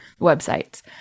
websites